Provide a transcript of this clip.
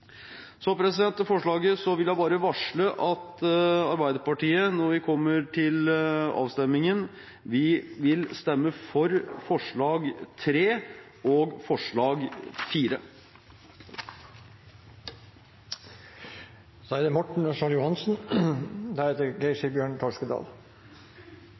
Så til forslaget: Jeg vil bare varsle at Arbeiderpartiet, når vi kommer til avstemningen, vil stemme for forslag nr. 3 og forslag